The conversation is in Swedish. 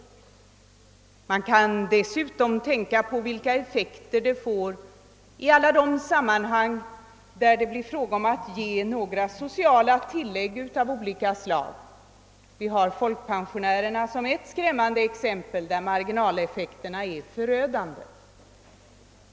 Han kan dessutom tänka på vilka effekter den får i alla de sammanhang där det blir fråga om att ge sociala tilllägg av olika slag. Folkpensionärernas förhållanden är ett skrämmande exempel på förödande marginaleffekter.